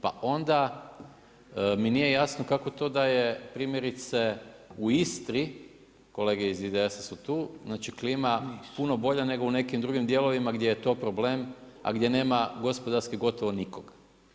Pa onda mi nije jasno kako to da je primjerice u Istri, kolege iz IDS-a su tu znači klima puno bolja nego u nekim drugim dijelovima gdje je to problem, a gdje nema gospodarski gotovo nikoga.